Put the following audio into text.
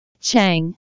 Chang